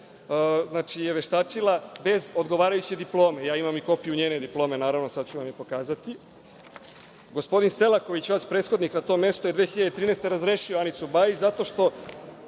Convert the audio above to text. Bajić je veštačila bez odgovarajuće diplome. Ja imam i kopiju njene diplome, sada ću vam je pokazati. Gospodin Selaković, vaš prethodnik na tom mestu je 2013. godine razrešio Anicu Bajić zato što